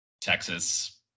Texas